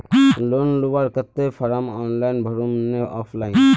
Loan लुबार केते form online भरुम ने ऑफलाइन?